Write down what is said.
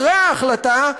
אחרי ההחלטה,